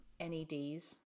NEDs